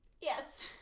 Yes